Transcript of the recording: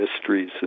mysteries